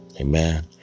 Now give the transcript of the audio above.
Amen